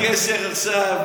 בלי קשר עכשיו